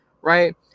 right